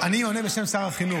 אני עונה בשם שר החינוך.